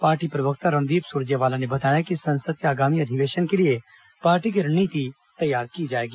party प्रवक्ता रणदीप सुरजेवाला ने बताया कि संसद के आगामी अधिवेशन के लिए पार्टी की रणनीति तैयार की जाएगी